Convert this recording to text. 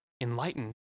enlightened